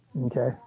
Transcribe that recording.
Okay